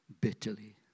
bitterly